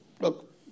look